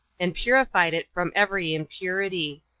and purified it from every impurity.